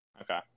Okay